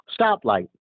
stoplight